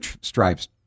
stripes